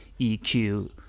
EQ